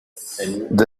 site